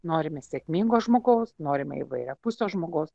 norime sėkmingo žmogaus norime įvairiapusio žmogaus